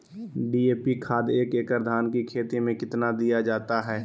DAP खाद एक एकड़ धान की खेती में कितना दीया जाता है?